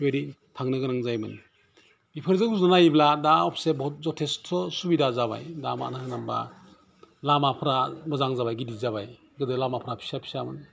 बिदि थांनो गोनां जायोमोन बेफोरजों रुजुनजायोब्ला दा अबसे बुहुत जथेस्थ सुबिदा जाबाय मानो होनोब्ला लामाफ्रा मोजां जाबाय गिदिर जाबाय गोदो लामाफ्रा फिसा फिसामोन